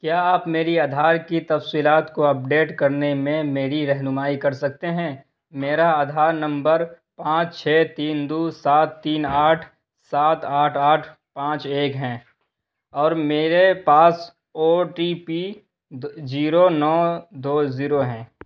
کیا آپ میری آدھار کی تفصیلات کو اپڈیٹ کرنے میں میری رہنمائی کر سکتے ہیں میرا آدھار نمبر پانچ چھ تین دو سات تین آٹھ سات آٹھ آٹھ پانچ ایک ہیں اور میرے پاس او ٹی پی جیرو نو دو زیرو ہیں